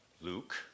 Luke